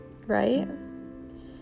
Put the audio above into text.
right